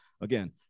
again